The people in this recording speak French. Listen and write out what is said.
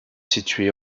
située